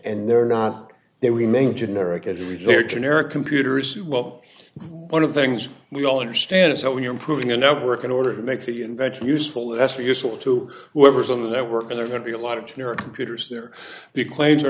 and they're not they remain generic it rejigger generic computers well one of the things we all understand is that when you're improving a network in order to make the invention useful that's useful to whoever's on the network and they're going to be a lot of generic computers they're the claims are